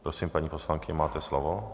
Prosím, paní poslankyně, máte slovo.